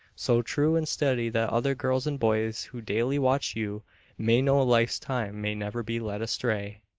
so true and steady that other girls and boys who daily watch you may know life's time, may never be led astray.